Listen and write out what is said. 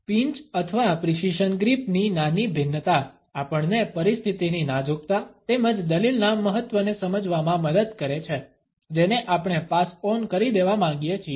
peach અથવા precision grip ની નાની ભિન્નતા આપણને પરિસ્થિતિની નાજુકતા તેમજ દલીલના મહત્વને સમજવામાં મદદ કરે છે જેને આપણે પાસ ઓન કરી દેવા માંગીએ છીએ